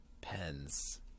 Pens